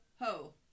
ho